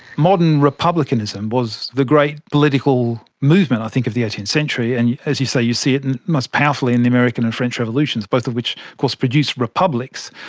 modern republicanism was the great political movement i think of the eighteenth century. and, as you say, you see it and most powerfully in the american and french revolutions, both of which of course produce republics.